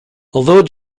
although